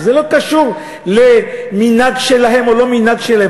וזה לא קשור למנהג שלהם או לא מנהג שלהם.